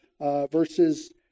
verses